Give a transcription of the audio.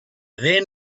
then